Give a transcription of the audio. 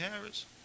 Harris